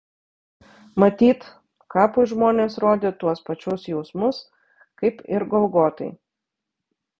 matyt kapui žmonės rodė tuos pačius jausmus kaip ir golgotai